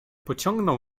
pociągnął